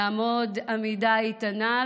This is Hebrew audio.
לעמוד עמידה איתנה,